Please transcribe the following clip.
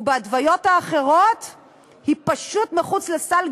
ובהתוויות האחרות הן פשוט מחוץ לסל,